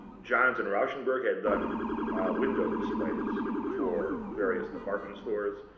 johns and rauschenberg had done window displays for various department stores.